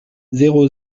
zéro